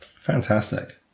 Fantastic